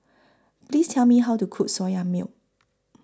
Please Tell Me How to Cook Soya Milk